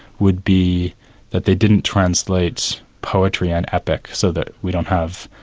would be that they didn't translate poetry and epic so that we don't have